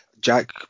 Jack